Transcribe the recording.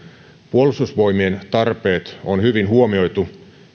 puolustusvoimien tarpeet on hyvin huomioitu